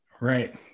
right